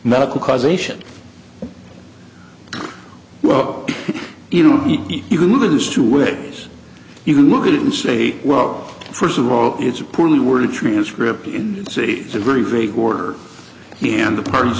medical causation well you know you can move it is two way you can look at it and say well first of all it's a poorly worded transcript in say the very vague order he and the parties